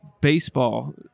Baseball